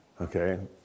okay